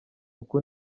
uku